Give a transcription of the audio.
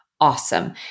awesome